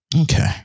Okay